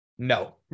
No